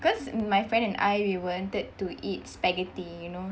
cause my friend and I we wanted to eat spaghetti you know